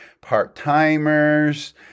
Part-Timers